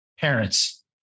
parents